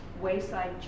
wayside